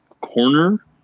corner